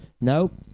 Nope